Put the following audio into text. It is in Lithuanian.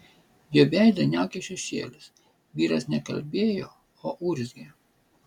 jo veidą niaukė šešėlis vyras ne kalbėjo o urzgė